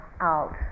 out